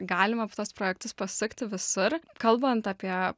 galima tuos projektus pasukti visur kalbant apie